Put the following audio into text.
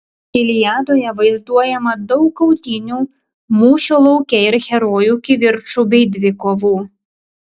iliadoje vaizduojama daug kautynių mūšio lauke ir herojų kivirčų bei dvikovų